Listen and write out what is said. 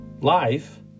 life